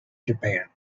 japan